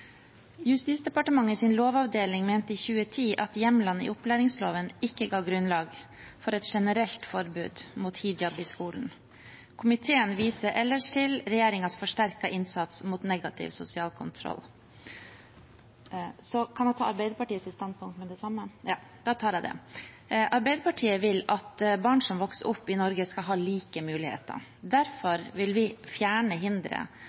lovavdeling mente i 2010 at hjemlene i opplæringsloven ikke ga grunnlag for et generelt forbud mot hijab i skolen. Komiteen viser ellers til regjeringens forsterkede innsats mot negativ sosial kontroll. Arbeiderpartiet vil at barn som vokser opp i Norge, skal ha like muligheter. Derfor vil vi fjerne hindre for at barn skal kunne delta aktivt i